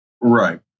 Right